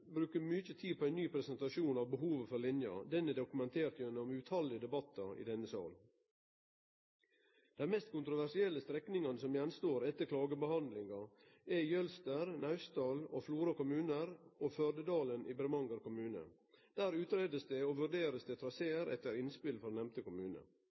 bruke mykje tid på ein ny presentasjon av behovet for denne lina, det er dokumentert gjennom tallause debattar i denne salen. Dei mest kontroversielle strekningane som står att etter klagebehandlinga, er Jølster, Naustdal og Flora kommunar og Førdedalen i Bremanger kommune. Der blir det utgreidd og